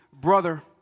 brother